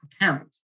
account